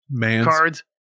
cards